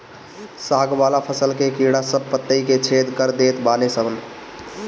साग वाला फसल के कीड़ा सब पतइ के छेद कर देत बाने सन